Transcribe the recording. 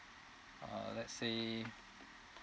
uh let's say